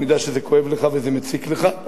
אני יודע שזה כואב לך וזה מציק לך,